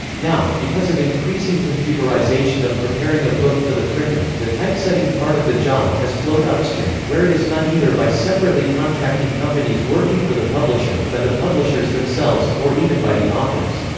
now, because of increasing computerization of preparing a book for the printer, the typesetting part of the job has flowed upstream, where it is done either by separately contracting companies working for the publisher, by the publishers themselves, or even by the authors.